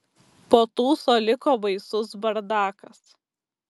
po tūso liko baisus bardakas